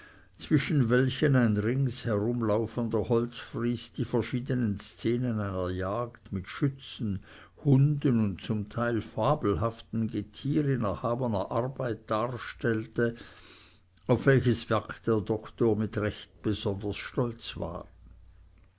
zwischen welchen ein rings herumlaufender holzfries die verschiedenen szenen einer jagd mit schützen hunden und zum teil fabelhaftem getier in erhabener arbeit darstellte auf welches werk der doktor mit recht besonders stolz war